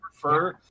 prefer